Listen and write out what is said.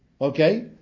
Okay